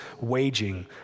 waging